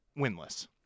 winless